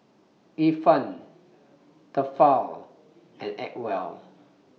Ifan Tefal and Acwell